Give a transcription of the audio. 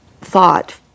thought